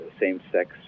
same-sex